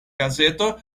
gazeto